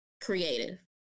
creative